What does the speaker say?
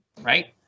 right